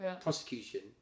prosecution